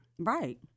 Right